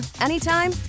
anytime